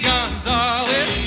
Gonzalez